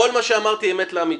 כל מה שאמרתי אמת לאמיתה.